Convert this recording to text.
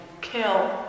Kill